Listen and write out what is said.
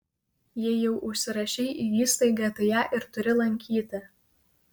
jei jau užsirašei į įstaigą tai ją ir turi lankyti